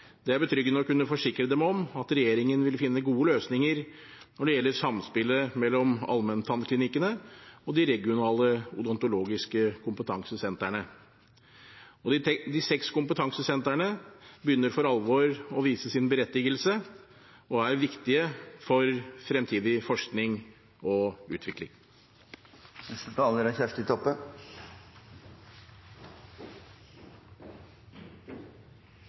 Det er betryggende å kunne forsikre dem om at regjeringen vil finne gode løsninger når det gjelder samspillet mellom allmenntannklinikkene og de regionale odontologiske kompetansesentrene. De seks kompetansesentrene begynner for alvor å vise sin berettigelse og er viktige for fremtidig forskning og utvikling.